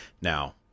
Now